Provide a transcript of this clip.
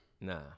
Nah